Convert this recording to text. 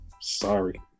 Sorry